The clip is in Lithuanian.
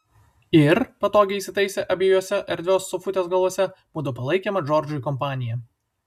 ir patogiai įsitaisę abiejuose erdvios sofutės galuose mudu palaikėme džordžui kompaniją